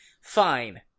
Fine